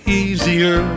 easier